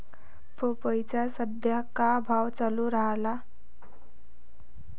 पपईचा सद्या का भाव चालून रायला?